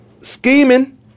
Scheming